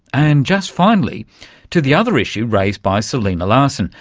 and just finally to the other issue raised by selena larson,